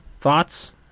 thoughts